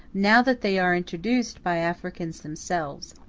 now that they are introduced by africans themselves.